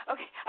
Okay